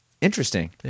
Interesting